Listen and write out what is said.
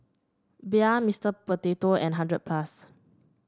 Bia Mister Potato and hundred plus